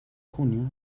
junio